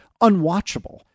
unwatchable